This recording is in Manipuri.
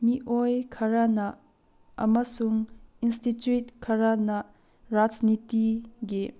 ꯃꯤꯑꯣꯏ ꯈꯔꯅ ꯑꯃꯁꯨꯡ ꯏꯟꯁꯇꯤꯇ꯭ꯌꯨꯠ ꯈꯔꯅ ꯔꯥꯖꯅꯤꯇꯤꯒꯤ